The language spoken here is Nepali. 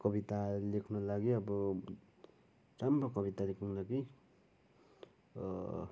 कविता लेख्नुको लागि अब राम्रो कविता लेख्नुको लागि